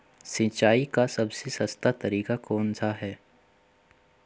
सिंचाई का सबसे सस्ता तरीका कौन सा है?